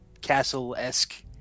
castle-esque